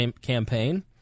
campaign